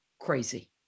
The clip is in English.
crazy